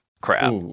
crap